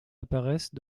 apparaissent